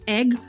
egg